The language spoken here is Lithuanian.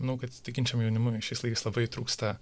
manau kad tikinčiam jaunimui šiais laikais labai trūksta